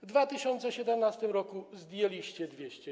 W 2017 r. zdjęliście 200